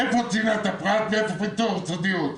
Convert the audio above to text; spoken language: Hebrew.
איפה צנעת הפרט ואיפה ויתור על סודיות?